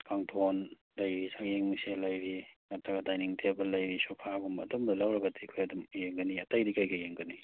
ꯀꯥꯡꯊꯣꯟ ꯂꯩꯔꯤ ꯁꯛꯌꯦꯡ ꯃꯤꯡꯁꯦꯟ ꯂꯩꯔꯤ ꯅꯠꯇ꯭ꯔꯒ ꯗꯥꯏꯅꯤꯡ ꯇꯦꯕꯜ ꯂꯩꯔꯤ ꯁꯣꯐꯥꯒꯨꯝꯕ ꯑꯗꯨꯝꯕ ꯂꯧꯔꯒꯗꯤ ꯑꯩꯈꯣꯏ ꯑꯗꯨꯝ ꯌꯦꯡꯒꯅꯤ ꯑꯇꯩꯗꯤ ꯀꯔꯤ ꯀꯔꯤ ꯌꯦꯡꯒꯅꯤ